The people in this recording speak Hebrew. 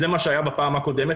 זה מה שהיה בפעם הקודמת,